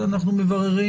אנו מבררים